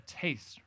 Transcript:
taste